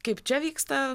kaip čia vyksta